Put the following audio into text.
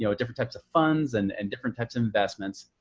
you know different types of funds and and different types of investments.